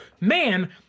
man